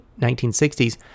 1960s